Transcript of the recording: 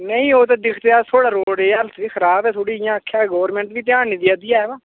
नेईं ओह् ते दिखदे अस थोआढ़े रोड़े दी हालत बी खराब ऐ थोह्ड़ी इ'यां आखेआ गौरमैंट बी ध्यान नी देआ दी ऐ बा